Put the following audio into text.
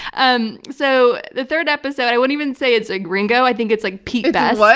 um so, the third episode, i wouldn't even say it's a ringo, i think it's like pete best.